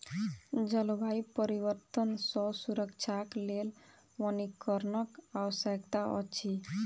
जलवायु परिवर्तन सॅ सुरक्षाक लेल वनीकरणक आवश्यकता अछि